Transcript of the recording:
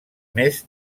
més